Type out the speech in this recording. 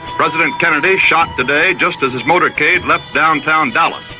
president kennedy shot today just as his motorcade left downtown dallas.